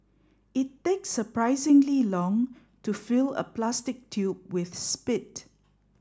it takes surprisingly long to fill a plastic tube with spit